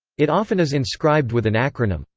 it often is inscribed with an acronym,